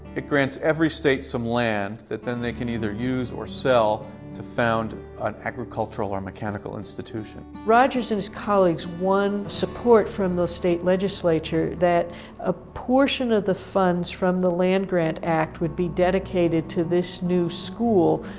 it grants every state some land that then they can either use or sell to found an agricultural or mechanical institution. rogers and his colleagues won support from the state legislature that a portion of the funds from the land grant act would be dedicated to this new school,